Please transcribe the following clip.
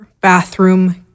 Bathroom